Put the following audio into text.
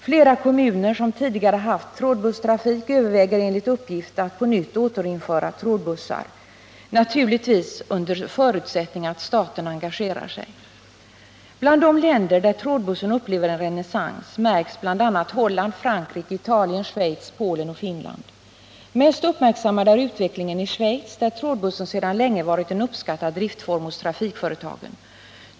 Flera kommuner, som tidigare haft trådbusstrafik, överväger att på nytt införa trådbussar, naturligtvis under förutsättning att staten engagerar sig. Bland de länder där trådbussen upplever en renässans märks Holland, Frankrike, Italien, Schweiz, Polen och Finland. Mest uppmärksammad är utvecklingen i Schweiz, där trådbussar sedan länge varit en uppskattad driftform hos trafikföretagen.